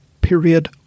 period